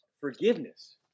Forgiveness